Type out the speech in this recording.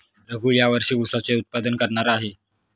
रघू या वर्षी ऊसाचे उत्पादन करणार आहे